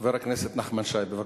חבר הכנסת נחמן שי, בבקשה.